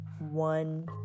one